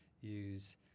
use